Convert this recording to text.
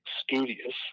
studious